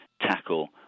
tackle